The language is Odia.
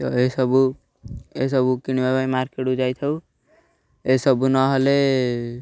ତ ଏସବୁ ଏସବୁ କିଣିବା ପାଇଁ ମାର୍କେଟ୍କୁ ଯାଇଥାଉ ଏସବୁ ନହେଲେ